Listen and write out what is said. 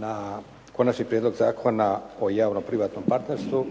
na Konačni prijedlog Zakona o javno-privatnom partnerstvu,